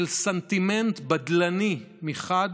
של סנטימנט בדלני מחד